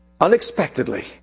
Unexpectedly